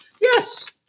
Yes